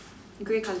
grey color